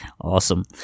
Awesome